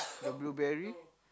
the blueberry